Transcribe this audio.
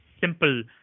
simple